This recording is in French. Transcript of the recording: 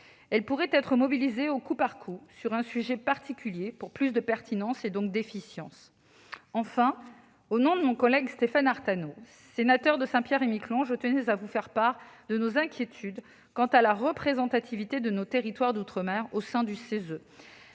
Elles pourraient être mobilisées au coup par coup sur un sujet particulier, pour plus de pertinence, et donc d'efficience. Au nom de mon collègue Stéphane Artano, sénateur de Saint-Pierre-et-Miquelon, je tenais aussi à vous faire part de nos inquiétudes quant à la représentativité de nos territoires d'outre-mer au sein du CESE.